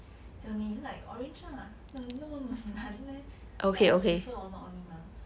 讲你 like orange lah 那么难 meh I ask prefer or not only mah